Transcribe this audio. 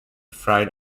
fried